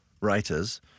writers